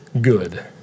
good